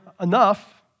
enough